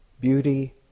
beauty